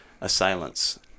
assailants